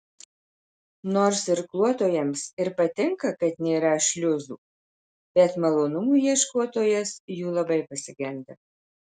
nors irkluotojams ir patinka kad nėra šliuzų bet malonumų ieškotojas jų labai pasigenda